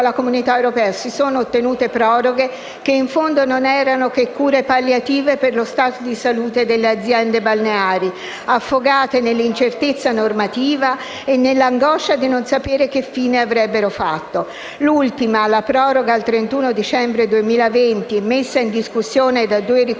la proroga al 31 dicembre 2020, messa in discussione da due ricorsi